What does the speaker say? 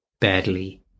badly